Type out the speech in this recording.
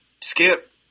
skip